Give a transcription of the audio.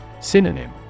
Synonym